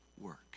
work